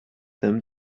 them